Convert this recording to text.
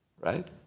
Right